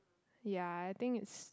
ya I think it's